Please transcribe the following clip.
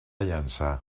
llançà